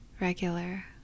regular